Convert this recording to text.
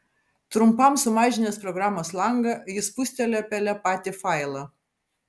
trumpam sumažinęs programos langą jis spustelėjo pele patį failą